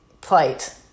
plight